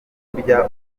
burya